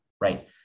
right